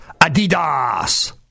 Adidas